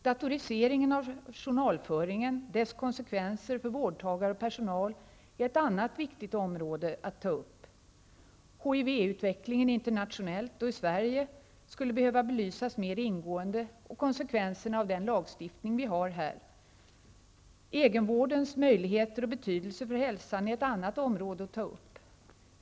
Datoriseringen av journalföringen och dess konsekvenser för vårdtagare och personal är ett annat viktigt område att ta upp. HIV-utvecklingen internationellt och i Sverige skulle behöva belysas mer ingående, liksom konsekvenserna av den lagstiftning vi har här. Egenvårdens möjligheter och betydelse för hälsan är ett annat område att ta upp.